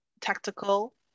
tactical